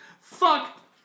Fuck